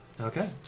Okay